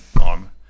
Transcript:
arm